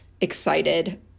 excited